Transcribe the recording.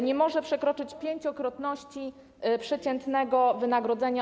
Nie może przekroczyć pięciokrotności przeciętnego wynagrodzenia.